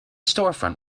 storefront